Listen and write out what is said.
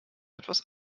etwas